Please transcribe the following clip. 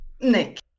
Nick